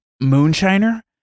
moonshiner